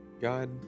God